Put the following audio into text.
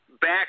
back